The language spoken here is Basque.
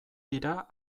dira